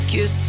Kiss